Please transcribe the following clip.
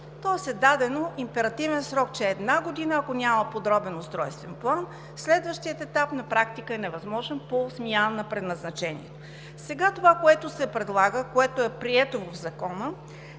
Тоест е даден императивен срок, че една година, ако няма подробен устройствен план, следващият етап на практика е невъзможен по смяна на предназначението. Сега това, което се предлага, което е прието в Закона,